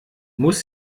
muss